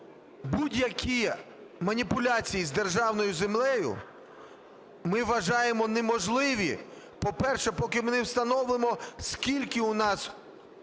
будь-які маніпуляції з державною землею, ми вважаємо, неможливі, по-перше, поки ми не встановимо, скільки у нас